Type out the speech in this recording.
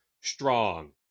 strong